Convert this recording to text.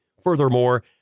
Furthermore